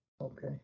Okay